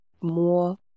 more